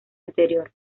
anterior